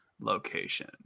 location